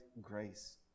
grace